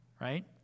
Right